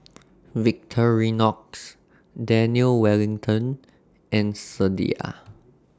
Victorinox Daniel Wellington and Sadia